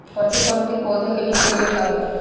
प्रति पंक्ति पौधे के बीच के दुरी का होला?